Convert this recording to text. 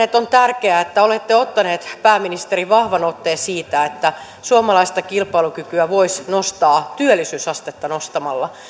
että on tärkeää että olette ottanut pääministeri vahvan otteen siitä että suomalaista kilpailukykyä voisi nostaa työllisyysastetta nostamalla